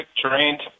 trained